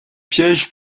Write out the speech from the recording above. pièges